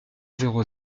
zéro